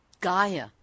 Gaia